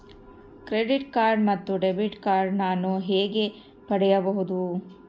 Credit card ಮತ್ತು debit card ನಾನು ಹೇಗೆ ಪಡೆಯಬಹುದು?